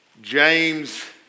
James